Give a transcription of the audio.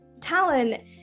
talent